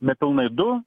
nepilnai du